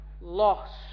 lost